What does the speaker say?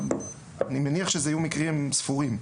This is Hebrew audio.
אני מניח שאלה יהיו מקרים ספורים.